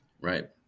Right